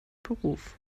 beruf